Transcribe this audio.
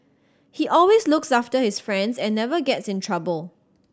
he always looks after his friends and never gets in trouble